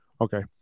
Okay